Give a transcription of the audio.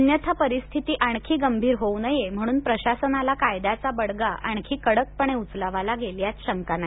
अन्यथा परिस्थिती आणखी गंभीर होऊ नये म्हणून प्रशासनाला कायद्याचा बडगा आणखी कडकपणे उचलावा लागेल यात शंका नाही